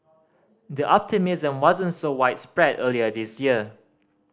the optimism wasn't so widespread earlier this year